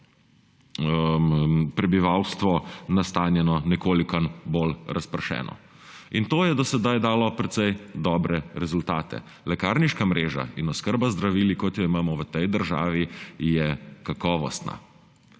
prebivalstvo nastanjeno nekoliko bolj razpršeno. To je do sedaj dalo precej dobre rezultate. Lekarniška mreža in oskrba z zdravili, kot jo imamo v tej državi, je kakovostna.